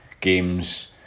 games